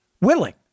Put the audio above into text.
Willing